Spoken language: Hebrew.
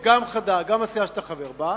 גם חד"ש, גם הסיעה שאתה חבר בה.